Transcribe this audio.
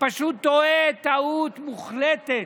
הוא פשוט טועה טעות מוחלטת.